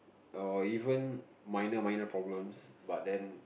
or even minor minor problems but then